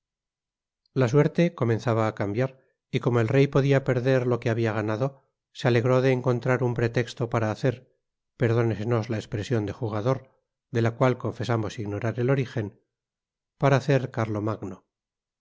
la suerte comenzaba á cambiar y como el rey podia perder lo que habia ganado se alegró de encontrar un pi'etesto para hacerperdónesenos la espresion de jugador de la cual confesamos ignorar el origen para hacer carió magno